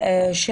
של